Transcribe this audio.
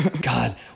God